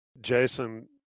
Jason